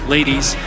Ladies